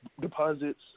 deposits